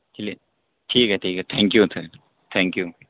چلیے ٹھیک ہے ٹھیک ہے thank you sir thank you